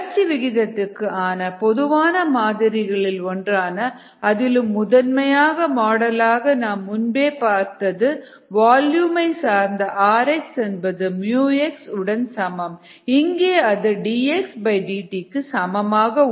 வளர்ச்சி விகிதத்துக்கு ஆன பொதுவான மாதிரிகளில் ஒன்றான அதிலும் முதன்மையான மாடலாக நாம் முன்பே பார்த்தது வால்யூமை சார்ந்த rx என்பது x உடன் சமம் இங்கே அது dxdt க்கு சமமாக உள்ளது